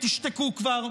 תשתקו כבר,